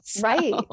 Right